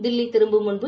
தில்லி திரும்பும் முன்பு